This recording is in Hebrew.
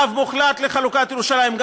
לאו מוחלט לחלוקת ירושלים.